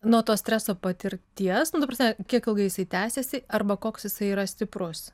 nuo to streso patirties nu ta prasme kiek ilgai jisai tęsiasi arba koks jisai yra stiprus